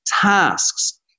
tasks